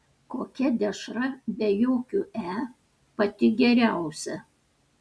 kokia dešra be jokių e pati geriausia